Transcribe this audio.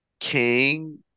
king